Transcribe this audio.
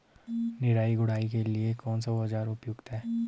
निराई गुड़ाई के लिए कौन सा औज़ार उपयुक्त है?